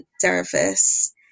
service